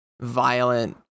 violent